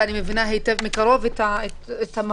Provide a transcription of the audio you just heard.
ואני מבינה היטב ומקרוב את המהות,